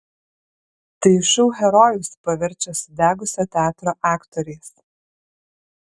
tai šou herojus paverčia sudegusio teatro aktoriais